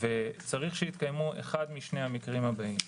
צריך שיתקיימו אחד משני המקרים הבאים: